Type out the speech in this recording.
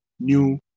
new